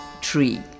tree